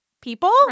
people